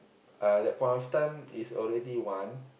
at that point of time is already one